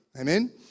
Amen